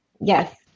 Yes